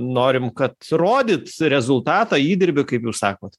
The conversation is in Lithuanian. norim kad rodyt rezultatą įdirbį kaip jūs sakot